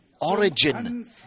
origin